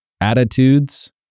attitudes